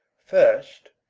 first,